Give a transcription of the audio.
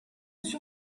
sur